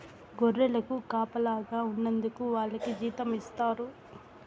గొర్రెలకు కాపలాగా ఉన్నందుకు వాళ్లకి జీతం ఇస్తారు